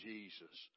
Jesus